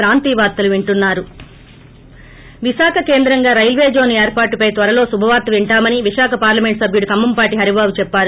break Visakha కేంద్రంగా railway zone ఏర్పాటుపై త్వరలో శుభవార్త వింటామని విశాఖ పార్లమెంట్ సభ్యుడు కంభంపాటి హరిబాబు చెప్పారు